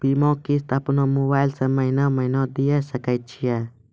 बीमा किस्त अपनो मोबाइल से महीने महीने दिए सकय छियै?